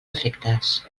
efectes